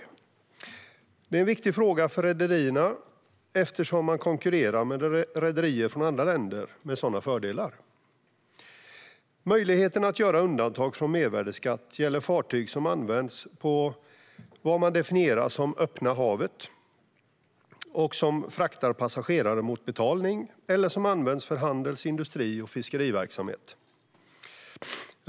Detta är en viktig fråga för rederierna, eftersom de konkurrerar med rederier från andra länder med sådana fördelar. Möjligheten att göra undantag från mervärdesskatt gäller fartyg som används på vad man definierar som "öppna havet" och som fraktar passagerare mot betalning eller som används för handels, industri eller fiskeriverksamhet.